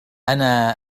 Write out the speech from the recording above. أنا